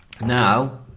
Now